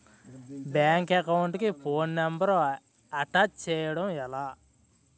Bank account కి phone number attach చేయడం ఎలా?